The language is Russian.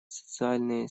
социальные